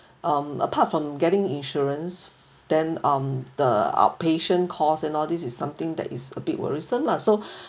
um apart from getting insurance then um the outpatient cost and all these is something that is a bit worrisome lah so